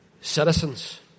citizens